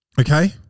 Okay